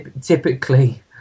typically